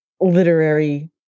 literary